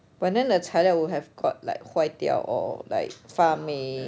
but then the 材料 would have got like 坏掉 or like 发霉